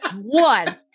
One